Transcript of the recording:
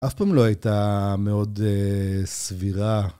‫אף פעם לא הייתה מאוד סבירה.